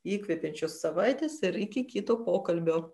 įkvepiančios savaitės ir iki kito pokalbio